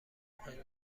مهم